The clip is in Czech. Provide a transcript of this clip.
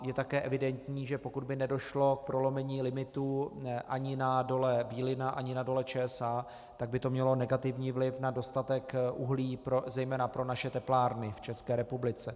Je také evidentní, že pokud by nedošlo k prolomení limitů ani na Dole Bílina, ani na Dole ČSA, tak by to mělo negativní vliv na dostatek uhlí zejména pro naše teplárny v České republice.